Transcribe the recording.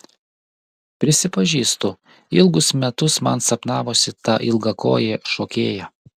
prisipažįstu ilgus metus man sapnavosi ta ilgakojė šokėja